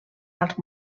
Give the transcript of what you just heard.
als